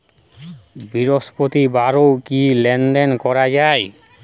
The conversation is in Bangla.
বৃহস্পতিবারেও কি লেনদেন করা যায়?